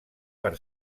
per